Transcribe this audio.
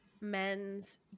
men's